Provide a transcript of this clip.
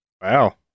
wow